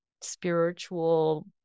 spiritual